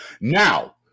Now